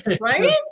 Right